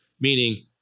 meaning